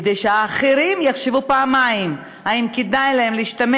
כדי שאחרים יחשבו פעמיים אם כדאי להם להשתמש